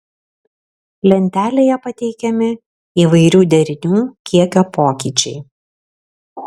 lentelėje pateikiami įvairių derinių kiekio pokyčiai